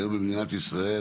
היום מדינת ישראל,